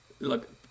Look